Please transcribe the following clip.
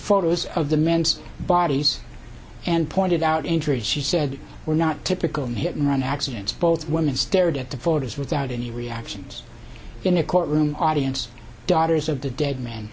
photos of the men's bodies and pointed out injuries she said were not typical hit and run accident both woman stared at the photos without any reactions in a courtroom audience daughters of the dead man